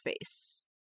face